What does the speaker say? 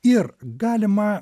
ir galima